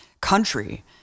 country